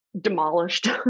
demolished